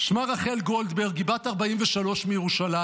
שמה רחל גולדברג, היא בת 43 מירושלים.